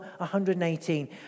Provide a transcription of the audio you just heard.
118